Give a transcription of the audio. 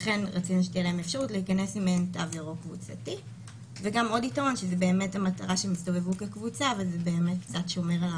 אכן, הסוגיה שהועלתה כאן,